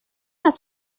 است